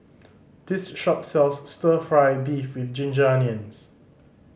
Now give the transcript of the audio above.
this shop sells Stir Fry beef with ginger onions